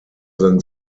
than